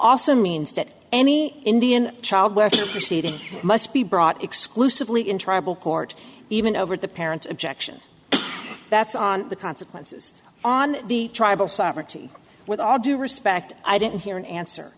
also means that any indian child welfare receiving must be brought exclusively in tribal court even over the parents objection that's on the consequences on the tribal sovereignty with all due respect i didn't hear an answer